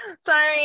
Sorry